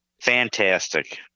fantastic